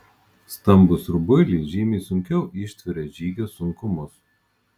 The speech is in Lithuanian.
stambūs rubuiliai žymiai sunkiau ištveria žygio sunkumus